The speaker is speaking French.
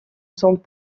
sont